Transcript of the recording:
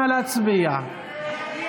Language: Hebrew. נא להצביע.